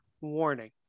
warning